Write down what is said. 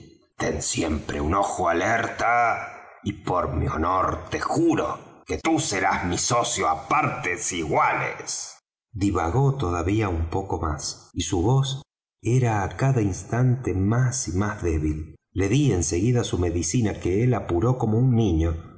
ten siempre tu ojo alerta y por mi honor te juro que tú serás mi socio á partes iguales divagó todavía un poco más y su voz era á cada instante más y más débil le dí en seguida su medicina que él apuró como un niño